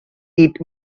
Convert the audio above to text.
eat